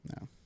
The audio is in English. No